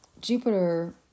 Jupiter